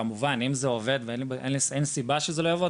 וכמובן אם זה עובד ואין סיבה שזה לא יעבוד,